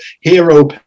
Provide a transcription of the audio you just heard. hero